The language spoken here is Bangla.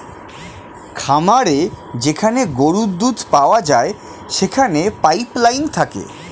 খামারে যেখানে গরুর দুধ পাওয়া যায় সেখানে পাইপ লাইন থাকে